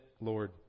Lord